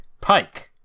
Pike